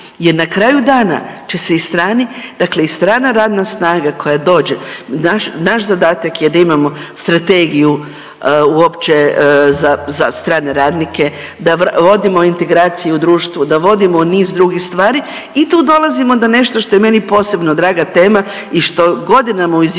Jer na kraju dana će se i strani, dakle i strana radna snaga koja dođe, naš zadatak je da imamo strategiju uopće za strane radnike, da vodimo integraciju u društvu, da vodimo niz drugih stvari i tu dolazimo do nešto što je meni posebno draga tema i što godinama u izvješću